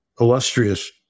illustrious